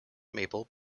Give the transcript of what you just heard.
mabel